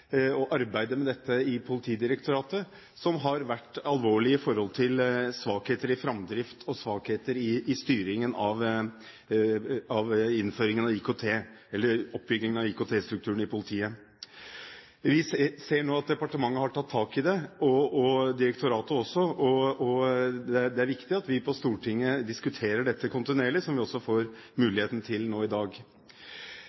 og arbeidet med dette i Politidirektoratet som har vært alvorlig, med svakheter i framdriften og svakheter i oppbyggingen av IKT-strukturen i politiet. Vi ser nå at departementet og direktoratet har tatt tak i det. Det er viktig at vi på Stortinget diskuterer dette kontinuerlig, noe som vi får